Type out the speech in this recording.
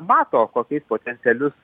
mato kokius potencialius